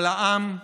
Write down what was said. אבל העם,